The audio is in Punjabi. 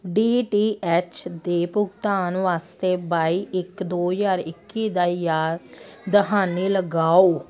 ਡੀ ਟੀ ਐਚ ਦੇ ਭੁਗਤਾਨ ਵਾਸਤੇ ਬਾਈ ਇਕ ਦੋ ਹਜ਼ਾਰ ਇੱਕੀ ਦਾ ਯਾਦ ਦਹਾਨੀ ਲਗਾਓ